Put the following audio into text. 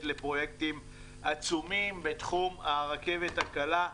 לפרויקטים עצומים בתחום הרכבת הקלה.